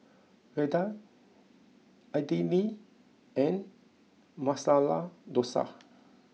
Raita Idili and Masala Dosa